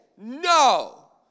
no